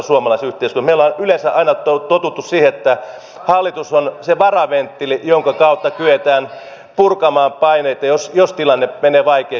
meillä on yleensä aina totuttu siihen että hallitus on se varaventtiili jonka kautta kyetään purkamaan paineita jos tilanne menee vaikeaksi työmarkkinoilla